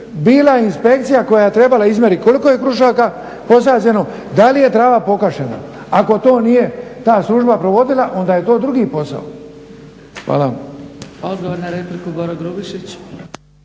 bila je inspekcija koja je trebala izmjerit koliko je krušaka posađeno, da li je trava pokošena. Ako to nije ta služba provodila onda je to drugi posao. Hvala.